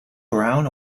brown